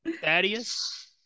Thaddeus